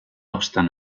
obstant